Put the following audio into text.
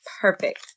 perfect